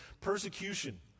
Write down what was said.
persecution